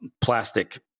plastic